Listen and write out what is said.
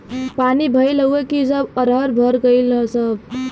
पानी भईल हउव कि सब अरहर मर गईलन सब